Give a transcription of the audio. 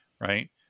Right